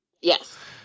Yes